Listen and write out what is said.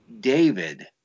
David